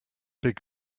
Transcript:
big